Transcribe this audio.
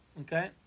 okay